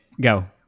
Go